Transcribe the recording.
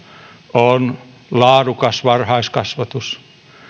on laadukas varhaiskasvatus